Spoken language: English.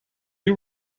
you